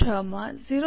6 માં 0